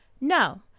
No